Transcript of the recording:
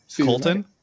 Colton